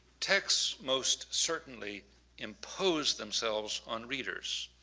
texts most certainly imposed themselves on readers.